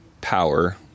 power